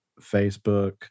Facebook